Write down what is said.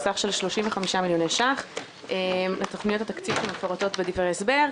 בסך של 35 מיליוני ש"ח לתוכניות התקציב שמפורטות בדברי ההסבר.